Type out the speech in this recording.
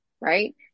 right